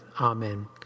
Amen